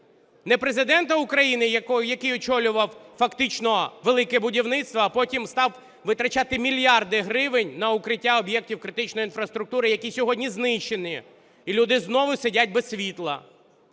Не Президента України, який очолював фактично "Велике будівництво", а потім став витрачати мільярди гривень на укриття об'єктів критичної інфраструктури, які сьогодні знищені, і люди знову сидять без світла?